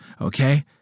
okay